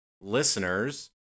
listeners